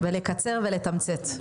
לקצר ולתמצת.